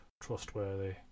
trustworthy